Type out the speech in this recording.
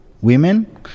women